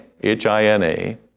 h-i-n-a